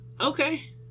Okay